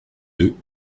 deux